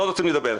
לא רוצים לדבר.